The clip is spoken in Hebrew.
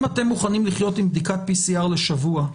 אם אתם מוכנים לחיות עם בדיקת PCR לשבוע,